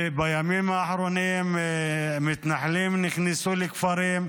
ובימים האחרונים מתנחלים נכנסו לכפרים,